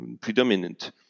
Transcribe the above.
predominant